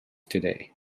today